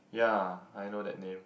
yeah I know that name